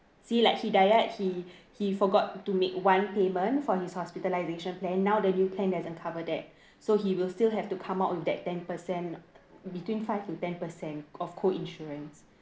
see like hidayat he he forgot to make one payment for his hospitalization plan now the new plan doesn't cover that so he will still have to come out with that ten percent between five to ten percent of co-insurance